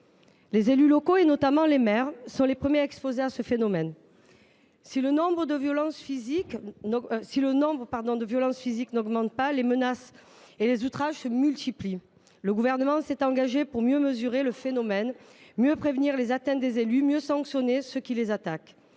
Les élus locaux, notamment les maires, sont les premiers touchés : si le nombre de violences physiques n’augmente pas, les menaces et les outrages se multiplient. Le Gouvernement s’est engagé pour mieux mesurer ce phénomène, mieux prévenir les atteintes infligées aux élus et mieux sanctionner ceux qui les attaquent.